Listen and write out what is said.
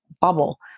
bubble